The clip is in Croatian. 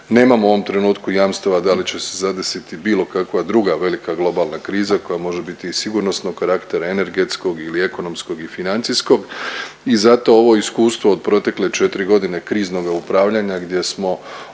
Nemamo u ovom trenutku jamstava da li će se zadesiti bilo kakva druga velika globalna kriza koja može biti i sigurnosnog karaktera, energetskog ili ekonomskog i financijskog i zato ovo iskustvo od protekle četiri godine kriznoga upravljanja gdje smo očuvali